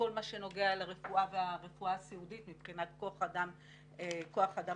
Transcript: הרפואה והרפואה הסיעודית מבחינת כוח אדם סיעודי.